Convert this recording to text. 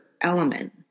element